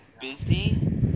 busy